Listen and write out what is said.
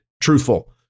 truthful